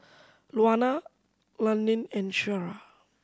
Luana Londyn and Shara